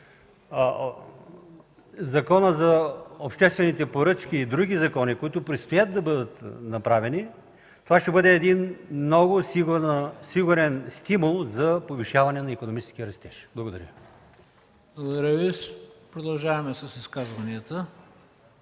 Закона за обществените поръчки и други закони, които предстоят да бъдат направени, това ще бъде един много сигурен стимул за повишаване на икономическия растеж. Благодаря.